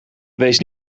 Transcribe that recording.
wees